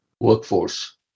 workforce